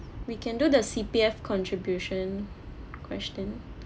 we can do the C_P_F contribution question